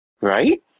right